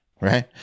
Right